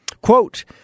quote